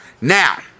Now